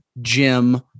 Jim